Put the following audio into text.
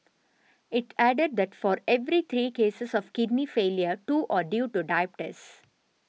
it added that for every three cases of kidney failure two are due to diabetes